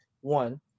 one